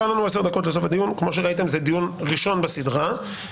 כמו שראיתם, זה דיון ראשון בסדרה.